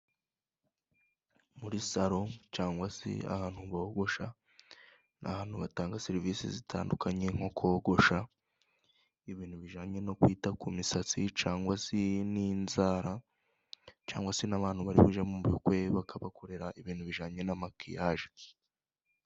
Muri saro cyangwa se ahantu bogosha， ni ahantu batanga serivisi zitandukanye， nko kogosha ibintu bijyanye no kwita ku misatsi，cyangwa se n'inzara，cyangwa se n'abantu bari buge mu bukwe，bakabakorera ibintu bijyanye na makiyaje.